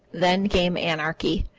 then came anarchy.